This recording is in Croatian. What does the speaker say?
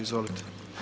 Izvolite.